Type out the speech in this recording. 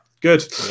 Good